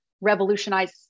revolutionize